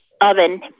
oven